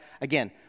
again